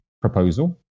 proposal